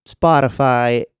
Spotify